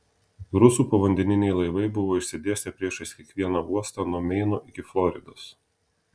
rusų povandeniniai laivai buvo išsidėstę priešais kiekvieną uostą nuo meino iki floridos